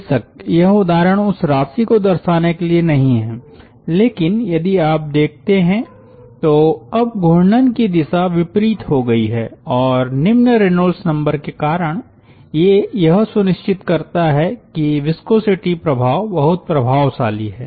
बेशक यह उदाहरण उस राशि को दर्शाने के लिए नहीं है लेकिन यदि आप देखते हैं तो अब घूर्णन की दिशा विपरीत हो गई है और निम्न रेनॉल्ड्स नंबर के कारण ये यह सुनिश्चित करता है कि विस्कोसिटी प्रभाव बहुत प्रभावशाली है